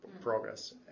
progress